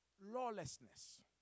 lawlessness